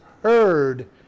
heard